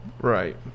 right